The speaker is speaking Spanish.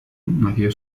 nació